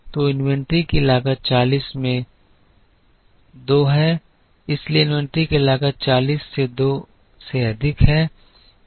तो इन्वेंट्री की लागत 40 में 2 है इसलिए इन्वेंट्री की लागत 40 से 2 से अधिक है